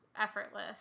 effortless